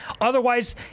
otherwise